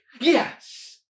yes